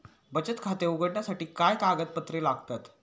बचत खाते उघडण्यासाठी काय कागदपत्रे लागतात?